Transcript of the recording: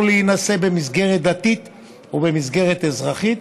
להינשא במסגרת דתית או במסגרת אזרחית,